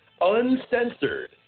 uncensored